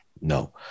no